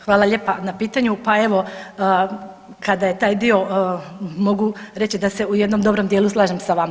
Hvala lijepa na pitanju, pa evo kada je taj dio mogu reći da se u jednom dobrom dijelu slažem sa vama.